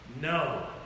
No